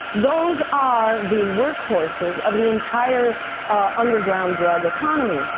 those are the workforces of the entire underground drug economy,